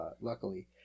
luckily